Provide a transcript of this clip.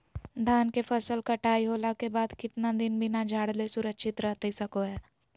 धान के फसल कटाई होला के बाद कितना दिन बिना झाड़ले सुरक्षित रहतई सको हय?